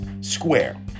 Square